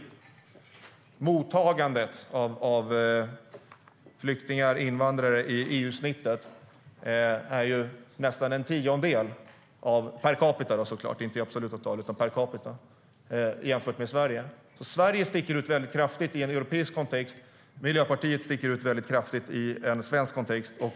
EU-snittet för mottagande av flyktingar och invandrare är nästan en tiondel per capita - inte i absoluta tal - jämfört med Sverige. Sverige sticker ut väldigt kraftigt i en europeisk kontext, och Miljöpartiet sticker ut väldigt kraftigt i en svensk kontext.